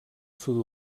sud